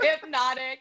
hypnotic